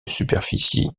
superficie